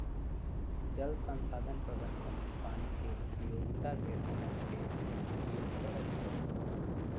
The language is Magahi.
जल संसाधन प्रबंधन पानी के उपयोगिता के समझ के उपयोग करई हई